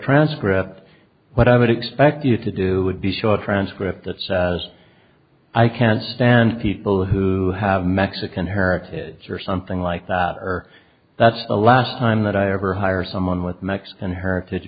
transcript what i would expect you to do with the short transcript that says i can't stand people who have mexican heritage or something like that or that's the last time that i ever hire someone with mexican heritage